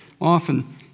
often